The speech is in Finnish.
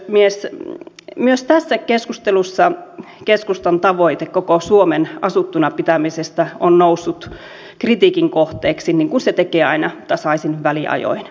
myös tässä keskustelussa keskustan tavoite koko suomen asuttuna pitämisestä on noussut kritiikin kohteeksi niin kuin se tekee aina tasaisin väliajoin